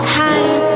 time